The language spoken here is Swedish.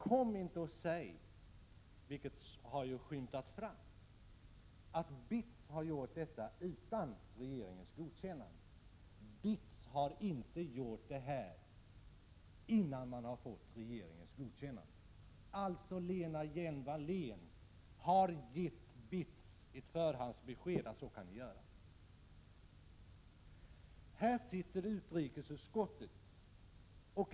Kom inte och säg att BITS har gjort detta utan regeringens godkännande. Denna föreställning har framskymtat. BITS har inte gjort detta, innan man fått regeringens godkännande. Lena Hjelm-Wallén har alltså givit BITS ett förhandsbesked om att BITS kunde göra på detta sätt.